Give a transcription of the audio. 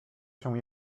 się